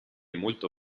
molto